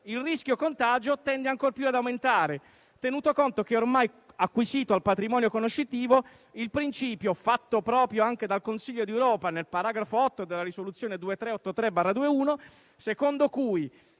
il rischio contagio tende ancor più ad aumentare, tenuto conto che è ormai acquisito al patrimonio conoscitivo il principio fatto - proprio anche dal Consiglio d'Europa nel Paragrafo 8 della Risoluzione 2383 del 2021 - secondo cui